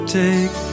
take